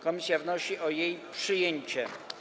Komisja wnosi o jej przyjęcie.